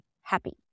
happy